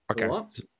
Okay